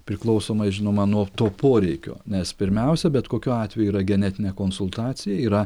priklausomai žinoma nuo to poreikio nes pirmiausia bet kokiu atveju yra genetinė konsultacija yra